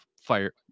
fire